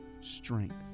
strength